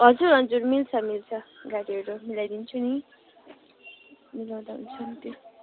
हजुर हजुर मिल्छ मिल्छ गाडीहरू मिलाइदिन्छु नि मिलाउँँदा हुन्छ नि त्यो